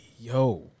yo